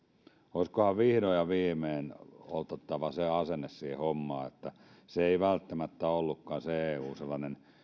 olisikohan vihdoin ja viimein otettava se asenne siihen hommaan että se eu ei välttämättä ollutkaan sellainen